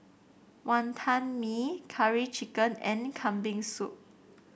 Wantan Mee Curry Chicken and Kambing Soup